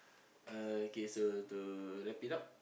uh okay so to wrap it up